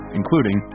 including